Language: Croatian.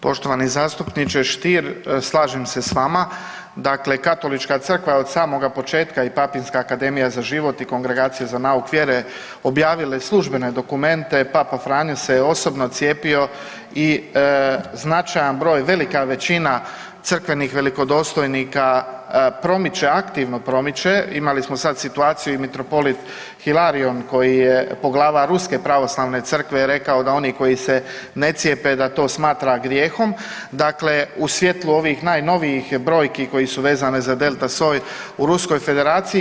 Poštovani zastupniče Stier, slažem se s vama. dakle, Katolička crkva je od samoga početka i Papinska akademija za život i kongregacija za nauk vjere objavile službene dokumente, Papa Franjo se osobno cijepio i značajan broj velika većina crkvenih velikodostojnika promiče aktivno promiče, imali smo sada situaciju i mitropolit Hilarion koji je poglavar Ruske pravoslavne crkve je rekao da oni koji se ne cijepe da to smatra grijehom u svjetlu ovih najnovijih brojki koje su vezene za delta soj u Ruskoj federaciji.